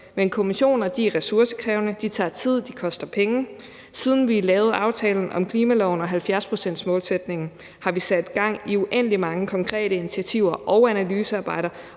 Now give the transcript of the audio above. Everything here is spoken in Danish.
men kommissioner er ressourcekrævende; de tager tid, de koster penge. Siden vi lavede aftalen om klimaloven og 70-procentsmålsætningen, har vi sat gang i uendelig mange konkrete initiativer og analysearbejder,